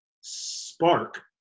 spark